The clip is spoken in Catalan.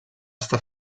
està